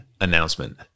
announcement